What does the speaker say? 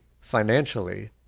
financially